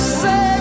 say